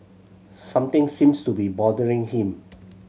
something seems to be bothering him